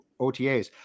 OTAs